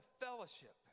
fellowship